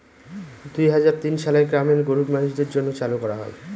দুই হাজার তিন সালে গ্রামের গরীব মানুষদের জন্য চালু করা হয়